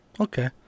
okay